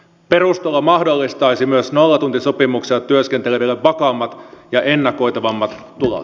perustulo mahdollistaisi myös nollatuntisopimuksella työskenteleville vakaammat ja ennakoitavammat tulot